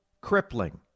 crippling